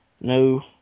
No